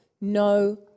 no